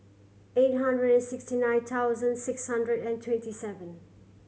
eight hundred and sixty nine thousand six hundred and twenty seven